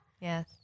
Yes